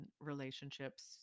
relationships